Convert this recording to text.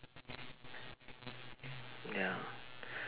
ya